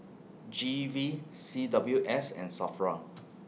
G V C W S and SAFRA